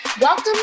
Welcome